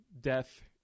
Death